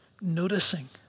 Noticing